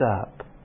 up